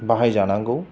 बाहायजानांगौ